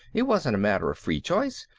it wasn't a matter of free choice,